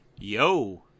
Yo